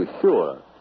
sure